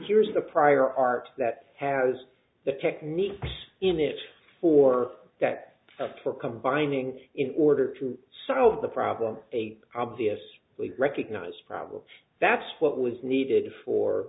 here's a prior art that has the technique in it for that stuff for combining in order to solve the problem a obvious we recognize problem that's what was needed for